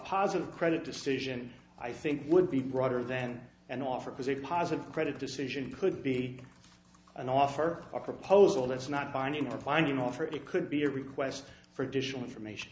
positive credit decision i think would be broader then an offer has a positive credit decision could be an offer a proposal that's not binding or finding off or it could be a request for additional information